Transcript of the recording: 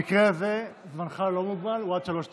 במקרה הזה זמנך לא מוגבל, הוא עד שלוש דקות.